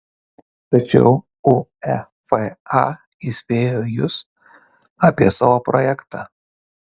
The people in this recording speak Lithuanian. tačiau uefa įspėjo jus apie savo projektą